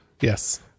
Yes